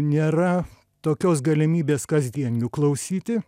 nėra tokios galimybės kasdien jų klausyti